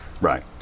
Right